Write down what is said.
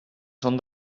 són